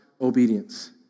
obedience